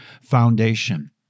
foundation